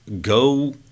go